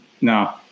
no